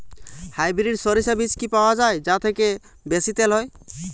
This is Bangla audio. হাইব্রিড শরিষা বীজ কি পাওয়া য়ায় যা থেকে বেশি তেল হয়?